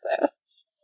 exists